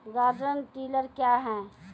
Garden tiller क्या हैं?